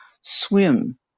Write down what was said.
swim